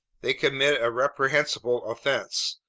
they commit a reprehensible offense.